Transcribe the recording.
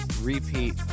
repeat